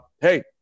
hey